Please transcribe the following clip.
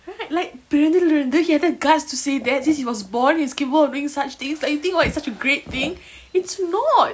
right like பிறந்ததிலிருந்து:piranthathilirunthu he have the guts to say that since he was born he's capable of doing such things like you think what it's such a great thing it's not